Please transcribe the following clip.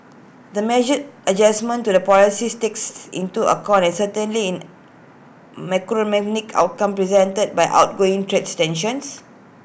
the measured adjustment to the policy stance takes into the uncertainty in macroeconomic outcomes presented by ongoing trades tensions